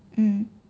mm